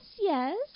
yes